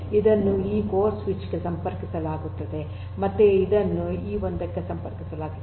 ಇದನ್ನು ಈ core switch ಗೆ ಸಂಪರ್ಕಿಸಲಾಗುತ್ತದೆ ಮತ್ತೆ ಇದನ್ನು ಈ ಒಂದಕ್ಕೆ ಸಂಪರ್ಕಿಸಲಾಗಿದೆ